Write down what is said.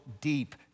deep